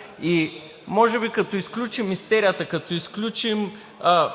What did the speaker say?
а как? И като изключим истерията, като изключим